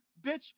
Bitch